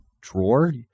drawer